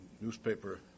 Newspaper